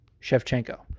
Shevchenko